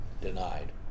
denied